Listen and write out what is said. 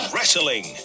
Wrestling